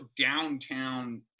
downtown